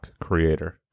creator